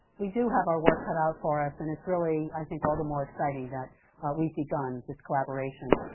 we do have our work cut out for us and it's really i think all the more exciting that we take on this collaboration.